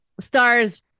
Stars